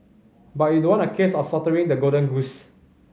but it don't want a case of slaughtering the golden goose